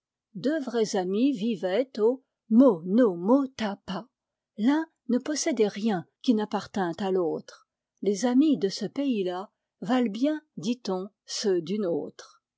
deux vrais amis vivaient au mo no mo ta pa l'un ne possédait rien qui n'appartint à l'autre les amis de ce pays-là valent bien dit-on ceux du nôtre